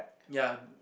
ya